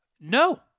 No